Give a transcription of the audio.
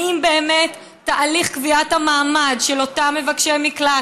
אם באמת תהליך קביעת המעמד של אותם מבקשי מקלט,